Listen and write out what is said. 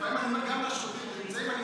אז אני אומר גם לשוטרים שנמצאים,